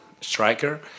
striker